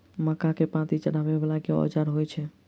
मक्का केँ पांति चढ़ाबा वला केँ औजार होइ छैय?